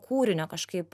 kūrinio kažkaip